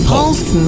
Pulse